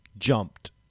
jumped